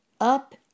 up